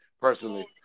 personally